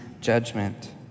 judgment